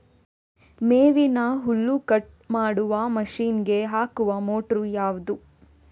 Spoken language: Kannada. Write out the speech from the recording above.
ಮೇವಿನ ಹುಲ್ಲು ಕಟ್ ಮಾಡುವ ಮಷೀನ್ ಗೆ ಹಾಕುವ ಮೋಟ್ರು ಯಾವುದು?